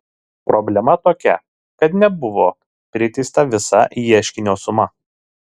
problema tokia kad nebuvo priteista visa ieškinio suma